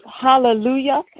Hallelujah